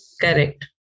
Correct